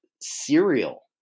cereal